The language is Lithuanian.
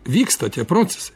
vyksta tie procesai